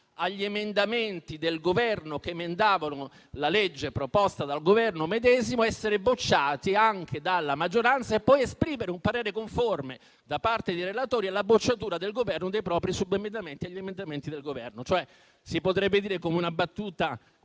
agli emendamenti del Governo, che emendavano la legge proposta dal Governo medesimo, sono stati bocciati anche dalla maggioranza per poi sentir esprimere da parte dei relatori un parere conforme alla bocciatura del Governo dei propri subemendamenti agli emendamenti del Governo. Si potrebbe dire con una battuta